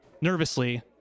Nervously